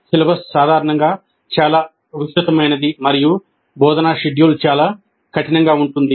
syllabus సాధారణంగా చాలా విస్తృతమైనది మరియు బోధనా షెడ్యూల్ చాలా కఠినంగా ఉంటుంది